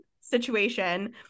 situation